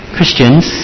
Christians